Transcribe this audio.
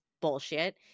bullshit